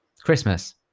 Christmas